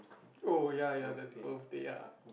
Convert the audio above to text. oh ya ya that birthday ya